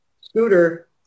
Scooter